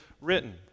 written